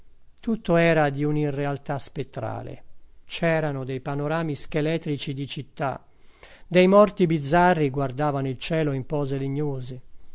tutto era di un'irrealtà spettrale c'erano dei panorami scheletrici di città dei morti bizzarri guardavano il cielo in pose legnose